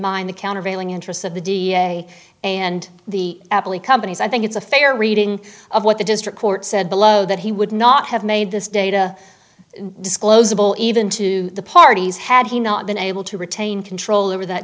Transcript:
mind the countervailing interests of the da and the companies i think it's a fair reading of what the district court said below that he would not have made this data disclosable even to the parties had he not been able to retain control over that